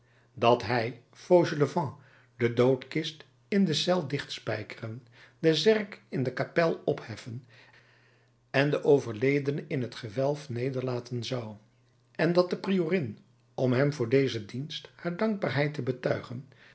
dat hij fauchelevent de doodkist in de cel dichtspijkeren de zerk in de kapel opheffen en de overledene in het gewelf nederlaten zou en dat de priorin om hem voor dezen dienst haar dankbaarheid te betuigen